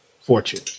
Fortune